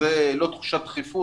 זאת לא תחושת דחיפות.